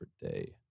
day